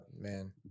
Man